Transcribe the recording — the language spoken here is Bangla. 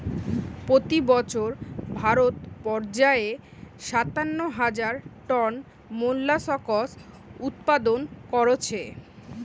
পোতি বছর ভারত পর্যায়ে সাতান্ন হাজার টন মোল্লাসকস উৎপাদন কোরছে